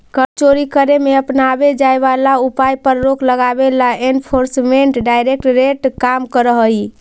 कर चोरी करे में अपनावे जाए वाला उपाय पर रोक लगावे ला एनफोर्समेंट डायरेक्टरेट काम करऽ हई